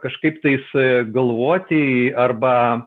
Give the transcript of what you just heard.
kažkaip tais galvoti arba